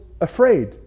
afraid